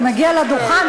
אתה מגיע לדוכן,